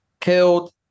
killed